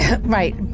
right